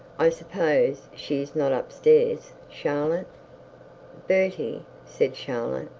i suppose she is not up-stairs, charlotte bertie, said charlotte,